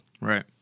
Right